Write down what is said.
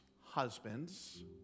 husbands